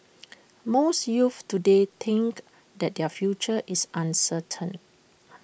most youths today think that their future is uncertain